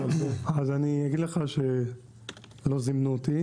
אני אגיד לך שלא זימנו אותי,